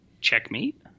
checkmate